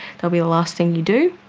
that'll be the last thing you do.